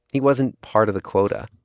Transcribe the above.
he wasn't part of the quota.